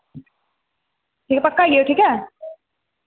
एह् पक्का आई जायो कल्ल ठीक ऐ